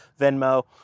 Venmo